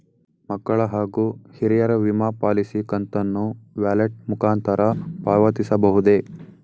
ಮಕ್ಕಳ ಹಾಗೂ ಹಿರಿಯರ ವಿಮಾ ಪಾಲಿಸಿ ಕಂತನ್ನು ವ್ಯಾಲೆಟ್ ಮುಖಾಂತರ ಪಾವತಿಸಬಹುದೇ?